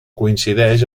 coincideix